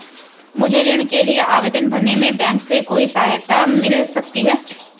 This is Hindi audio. मुझे ऋण के लिए आवेदन भरने में बैंक से कोई सहायता मिल सकती है?